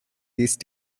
these